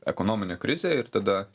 ekonominę krizę ir tada